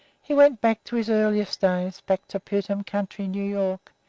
he went back to his earliest days, back to putnam county, new york,